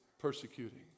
persecuting